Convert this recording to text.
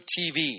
TV